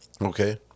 Okay